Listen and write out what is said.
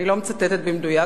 אני לא מצטטת במדויק,